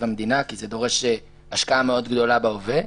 המדינה כי זה דורש השקעה מאוד גדולה בהווה.